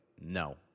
no